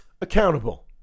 accountable